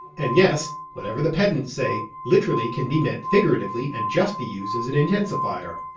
and yes, whatever the pedants say, literally can be meant figuratively and just be used as an intensifier.